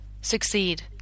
succeed